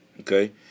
okay